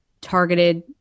targeted